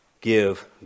give